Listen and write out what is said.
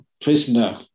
prisoner